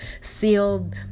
sealed